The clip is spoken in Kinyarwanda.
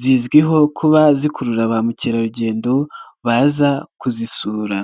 zizwiho kuba zikurura ba mukerarugendo baza kuzisura.